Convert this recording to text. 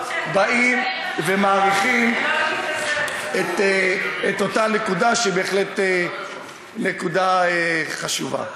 באים ומעריכים את אותה נקודה שהיא בהחלט נקודה חשובה.